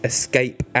Escape